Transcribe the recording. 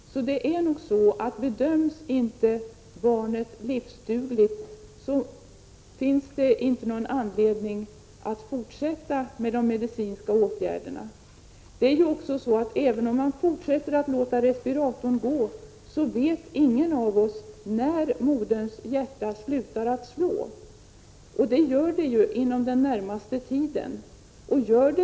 Om barnet inte bedöms vara livsdugligt, finns det alltså inte någon anledning att fortsätta med den medicinska behandlingen. Även om man låter respiratorn fortsätta att gå, vet ingen av oss när moderns hjärta slutar slå — och det gör det ju strax efter det att man har upphört med den medicinska behandlingen.